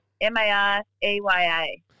M-A-R-E-Y-A